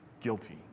guilty